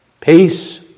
peace